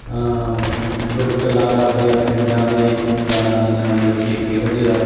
ਬਜ਼ੁਰਗ ਗੱਲਾਂ ਕਰਦੇ ਆ ਪਿੰਡਾਂ ਦੇ ਮੈਦਾਨਾਂ ਦੀਆਂ ਵੀ ਬੱਚੇ ਖੇਡਦੇ ਆ